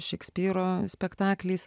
šekspyro spektaklis